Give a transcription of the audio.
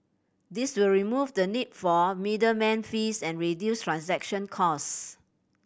this will remove the need for middleman fees and reduce transaction cost